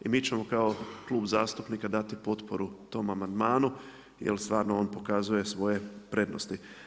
I mi ćemo kao klub zastupnika dati potporu tom amandmanu, jer stvarno on pokazuje svoje prednosti.